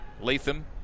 Latham